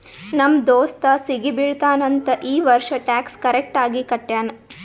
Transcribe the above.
ನಮ್ ದೋಸ್ತ ಸಿಗಿ ಬೀಳ್ತಾನ್ ಅಂತ್ ಈ ವರ್ಷ ಟ್ಯಾಕ್ಸ್ ಕರೆಕ್ಟ್ ಆಗಿ ಕಟ್ಯಾನ್